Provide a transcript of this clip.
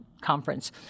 conference